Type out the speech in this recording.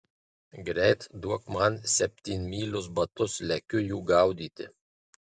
greit duok man septynmylius batus lekiu jų gaudyti